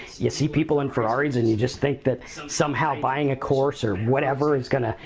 you see people in ferraris and you just think that somehow buying a course or whatever is gonna,